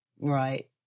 right